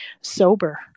sober